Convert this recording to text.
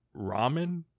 ramen